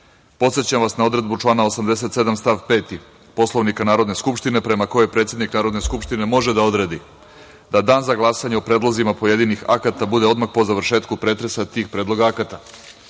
podsećam vas na odredbu člana 87. stav 5. Poslovnika Narodne skupštine, prema kojoj predsednik Narodne skupštine može da odredi da Dan za glasanje o predlozima pojedinih akata bude odmah po završetku pretresa tih predloga akata.U